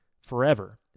forever